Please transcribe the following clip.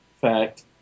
fact